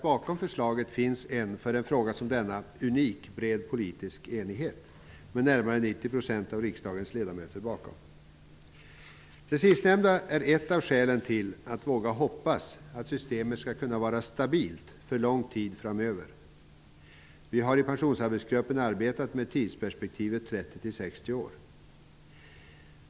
Bakom förslaget finns en för en fråga som denna unik bred politisk enighet, där närmare 90 % av riksdagens ledamöter står bakom förslaget. Det sistnämnda är ett av skälen till att våga hoppas att systemet skall kunna vara stabilt för lång tid framöver. Vi har i Pensionsarbetsgruppen arbetat med tidsperspektivet 30--60 år.